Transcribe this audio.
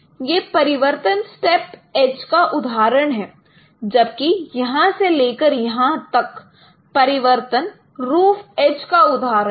यह परिवर्तन step edge का उदाहरण है जबकि यहां से लेकर यहां तक यह परिवर्तन रूफ़ एज का उदाहरण है